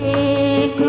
a